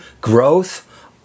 growth